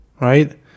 right